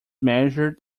measure